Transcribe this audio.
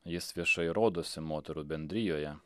jis viešai rodosi moterų bendrijoje